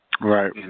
Right